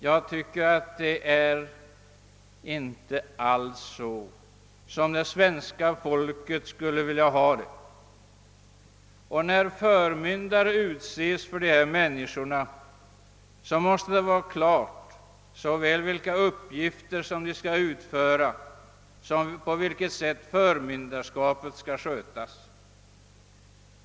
Jag tror inte alls att det är så som det svenska folket vill ha det. När en förmyndare utses måste det vara klart såväl vilka uppgifter han skall utföra som på vilket sätt förmyndarskapet skall skötas.